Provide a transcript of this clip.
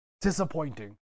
disappointing